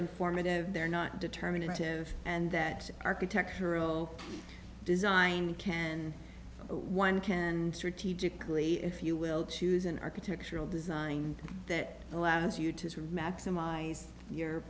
informative they're not determinative and that architectural design can one can and strategically if you will choose an architectural design that allows you to maximize your